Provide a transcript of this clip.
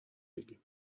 بگیم